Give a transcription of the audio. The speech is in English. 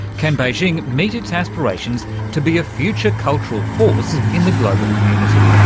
can beijing meet its aspirations to be a future cultural force in the global community?